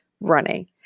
running